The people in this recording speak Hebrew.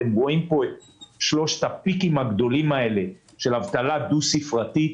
אתם רואים את שלושת השיאים הגדולים האלה של אבטלה דו-ספרתית.